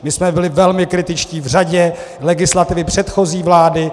My jsme byli velmi kritičtí v řadě legislativy předchozí vlády.